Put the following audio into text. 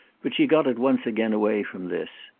but she got at once again away from this.